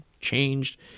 changed